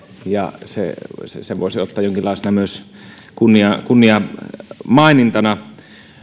ja sen voisi ottaa myös jonkinlaisena kunniamainintana